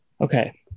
Okay